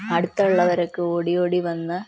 അടുത്തുള്ളവരക്കെ ഓടി ഓടി വന്ന്